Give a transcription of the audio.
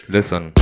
Listen